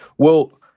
well,